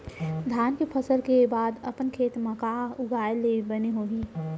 धान के फसल के बाद अपन खेत मा का उगाए ले बने होही?